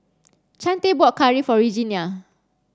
Chante bought curry for Regenia